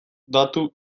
datu